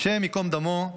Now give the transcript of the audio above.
"השם ייקום דמו"